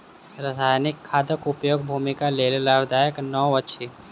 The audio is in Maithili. रासायनिक खादक उपयोग भूमिक लेल लाभदायक नै अछि